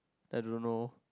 I don't know